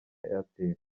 airtel